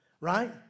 right